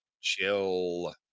chill